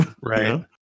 Right